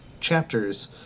chapters